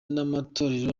n’amatorero